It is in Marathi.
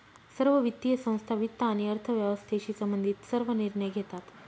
सर्व वित्तीय संस्था वित्त आणि अर्थव्यवस्थेशी संबंधित सर्व निर्णय घेतात